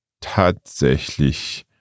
tatsächlich